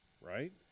right